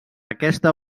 aquesta